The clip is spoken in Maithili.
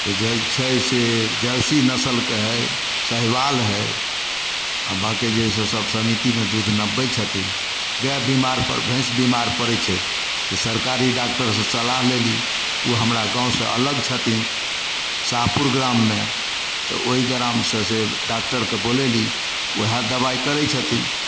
जे जाइ छै से जर्सी नस्लके हइ साहिवाल हइ आओर बाँकी जे हइसे सब समितीमे दूध नपबय छथिन गाय बीमारपर भैंस बीमार पड़य तऽ सरकारी डाक्टरसँ सलाह लेली उ हमरा गाँवसँ अलग छथिन साहपुर ग्राममे तऽ ओइ ग्रामसँ से डाक्टरके बोलयली ओहे दबाइ करय छथिन